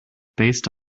based